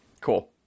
cool